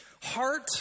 Heart